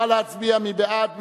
נא להצביע, מי בעד?